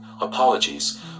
apologies